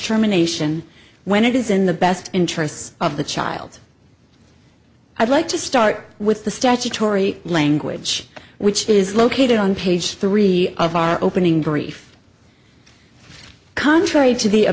germination when it is in the best interests of the child i'd like to start with the statutory language which is located on page three of our opening brief contrary to the